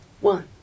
One